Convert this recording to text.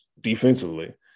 defensively